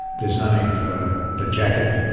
there's no need for the jacket,